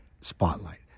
Spotlight